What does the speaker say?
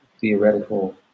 theoretical